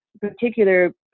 particular